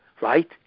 right